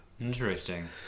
Interesting